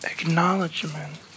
Acknowledgement